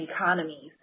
economies